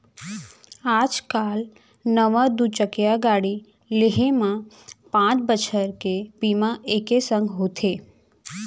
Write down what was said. आज काल नवा दू चकिया गाड़ी लेहे म पॉंच बछर के बीमा एके संग होथे